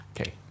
Okay